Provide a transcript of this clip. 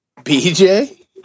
BJ